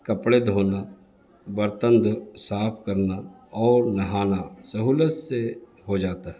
کپڑے دھونا برتن دھو صاف کرنا اور نہانا سہولت سے ہو جاتا ہے